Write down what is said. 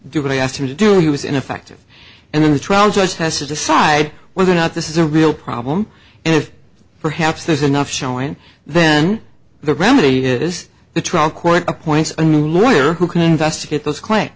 do what i asked him to do it was ineffective and then the trial judge has to decide whether or not this is a real problem and if perhaps there's enough showing then the remedy is the trial court appoints a new lawyer who can investigate those